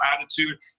attitude